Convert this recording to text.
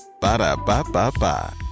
Ba-da-ba-ba-ba